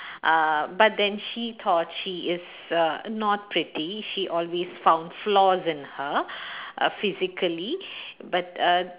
uh but then she thought she is err not pretty she always found flaws in her physically but uh